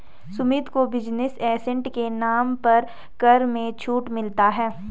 सुमित को business asset के नाम पर कर में छूट मिलता है